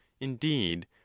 indeed